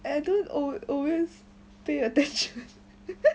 I don't al~ always pay attention